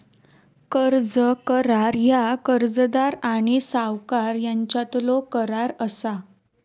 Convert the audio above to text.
कर्ज करार ह्या कर्जदार आणि सावकार यांच्यातलो करार असा